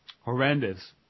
horrendous